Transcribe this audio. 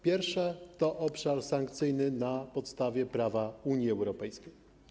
Pierwszy to obszar sankcyjny, na podstawie prawa Unii Europejskiej.